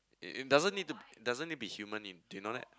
it doesn't need to doesn't need be human do you know that